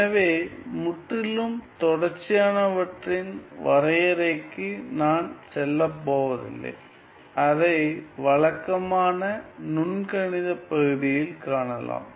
எனவே முற்றிலும் தொடர்ச்சியானவற்றின் வரையறைக்கு நான் செல்லப் போவதில்லை அதை வழக்கமான நுண் கணித பகுதியில் காணலாம்